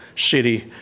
city